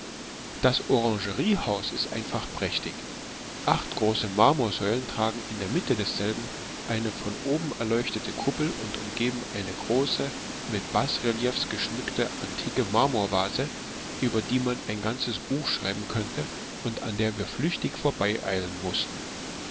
das orangeriehaus ist einfach prächtig acht große marmorsäulen tragen in der mitte desselben eine von oben erleuchtete kuppel und umgeben eine große mit basreliefs geschmückte antike marmorvase über die man ein ganzes buch schreiben könnte und an der wir flüchtig vorübereilen mußten